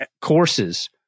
Courses